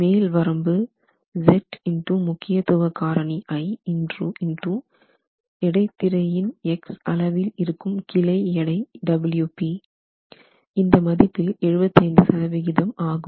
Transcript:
மேல் வரம்பு Z x I முக்கியத்துவ காரணி x w p x இடை திரையின் X அளவில் இருக்கும் கிளை எடை மதிப்பில் 75 சதவிகிதம் ஆகும்